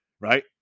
Right